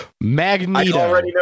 Magneto